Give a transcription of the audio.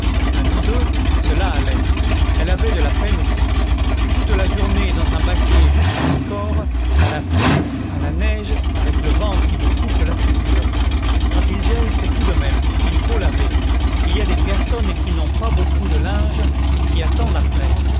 à nous deux cela allait elle avait de la peine aussi toute la journée dans un baquet jusqu'à mi-corps à la pluie à la neige avec le vent qui vous coupe la figure quand il gèle c'est tout de même il faut laver il y a des personnes qui n'ont pas beaucoup de linge et qui attendent après